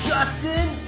Justin